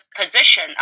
position